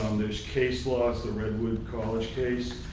um there's case laws, the redwood college case,